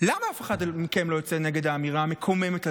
למה אף אחד מכם לא יוצא נגד האמירה המקוממת הזאת,